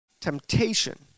Temptation